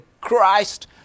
Christ